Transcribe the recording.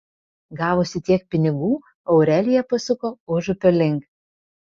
gavusi tiek pinigų aurelija pasuko užupio link